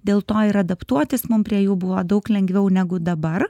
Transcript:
dėl to ir adaptuotis mum prie jų buvo daug lengviau negu dabar